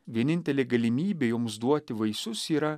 vienintelė galimybė joms duoti vaisius yra